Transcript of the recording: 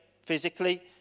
physically